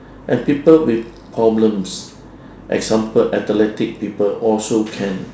and people with problems example athletic people also can